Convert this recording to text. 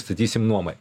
statysim nuomai